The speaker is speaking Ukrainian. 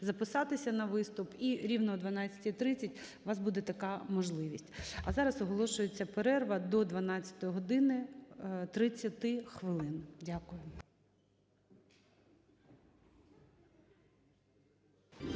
записатися на виступ. І рівно о 12:30 у вас буде така можливість. А зараз оголошується перерва до 12